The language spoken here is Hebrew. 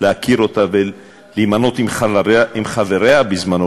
להכיר אותה ולהימנות עם חבריה בזמני,